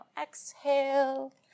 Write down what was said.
exhale